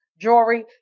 jewelry